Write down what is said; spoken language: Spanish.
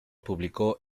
publicó